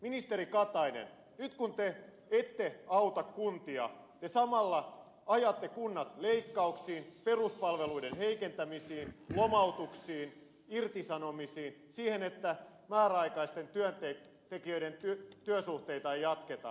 ministeri katainen nyt kun te ette auta kuntia te samalla ajatte kunnat leikkauksiin peruspalveluiden heikentämisiin lomautuksiin irtisanomisiin siihen että määräaikaisten työntekijöiden työsuhteita ei jatketa